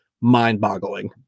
mind-boggling